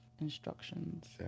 Instructions